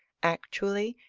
actually,